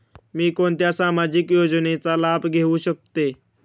मी कोणत्या सामाजिक योजनेचा लाभ घेऊ शकते?